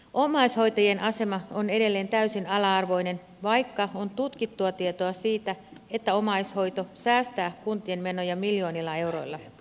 omaishoitajien asema on edelleen täysin ala arvoinen vaikka on tutkittua tietoa siitä että omaishoito säästää kuntien menoja miljoonilla euroilla